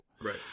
Right